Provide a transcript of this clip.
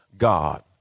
God